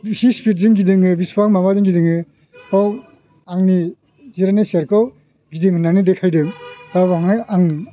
बेसे स्पिदजों गिदिङो बेसेबां माबाजों गिदिङो बेखौ आंनि जिरायनाय सियारखौ गिदिंहोनानै देखायदों दा बेवहाय आं